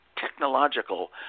technological